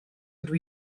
ydw